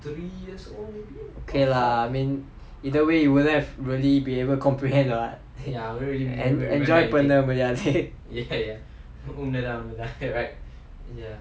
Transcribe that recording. okay lah I mean either way you wouldn't have really been able comprehend err and enjoy பண்ண முடியாது:panna mudiyathu